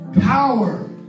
power